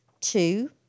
Two